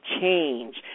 change